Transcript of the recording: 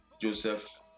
Joseph